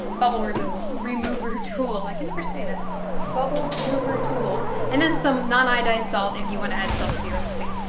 bubble remover remover tool i can never say that bubble remover tool and then some non-iodized salt if you want to add salt to your recipe.